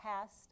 past